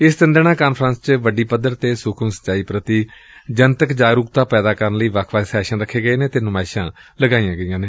ਇਸ ਤਿੰਨ ਦਿਨਾਂ ਕਾਨਫਰੰਸ ਵਿਚ ਵੱਡੀ ਪੱਧਰ ਤੇ ਸੁਖਮ ਸਿੰਜਾਈ ਪ੍ਰਤੀ ਜਨਤਕ ਜਾਗਰੁਕਤਾ ਪੈਦਾ ਕਰਨ ਲਈ ਵੱਖ ਵੱਖ ਸੈਸ਼ਨ ਰੱਖੇ ਗਏ ਨੇ ਅਤੇ ਨੁਮਾਇਸ਼ਾਂ ਲਗਾਈਆਂ ਗਈਆਂ ਨੇ